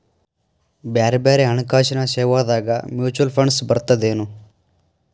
ಬ್ಯಾರೆ ಬ್ಯಾರೆ ಹಣ್ಕಾಸಿನ್ ಸೇವಾದಾಗ ಮ್ಯುಚುವಲ್ ಫಂಡ್ಸ್ ಬರ್ತದೇನು?